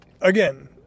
Again